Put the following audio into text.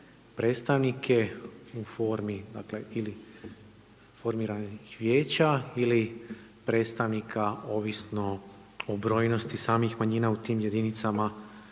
dakle ili formiranih vijeća ili predstavnika ovisno o brojnosti samih manjina u tim jedinicama